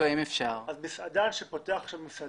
כבוד היושב